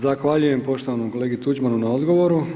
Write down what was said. Zahvaljujem poštovanom kolegi Tuđmanu na odgovoru.